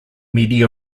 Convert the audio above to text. media